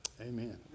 amen